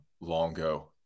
Longo